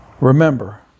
Remember